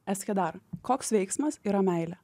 eskedar koks veiksmas yra meilė